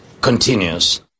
continues